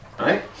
Right